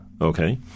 Okay